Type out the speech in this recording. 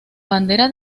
bandera